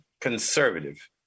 conservative